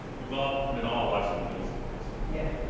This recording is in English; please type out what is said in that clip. we've all been all watching the news stories. yeah.